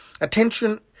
attention